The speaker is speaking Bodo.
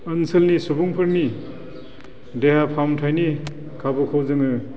ओनसोलनि सुबुंफोरनि देहा फाहामथायनि खाबुखौ जोङो